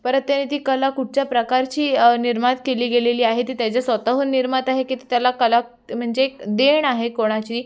परत त्याने ती कला कुठच्या प्रकारची निर्मात केली गेलेली आहे ती त्याच्या स्वतःहून निर्मात आहे की त्याला कला म्हणजे देण आहे कोणाची